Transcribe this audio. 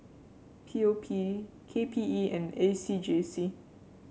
P O P K P E and A C J C